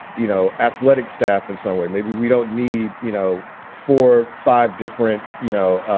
you know, athletic staff and some way maybe we don't need, you know, for five different, you know,